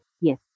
yes